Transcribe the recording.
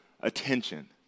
attention